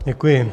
Děkuji.